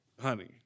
honey